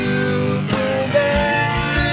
Superman